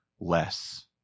Less